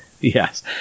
yes